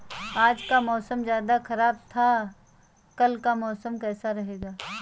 आज का मौसम ज्यादा ख़राब था कल का कैसा रहेगा?